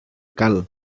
cal